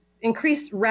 increased